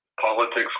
politics